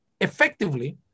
effectively